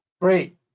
Great